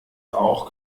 auch